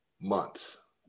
months